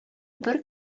бер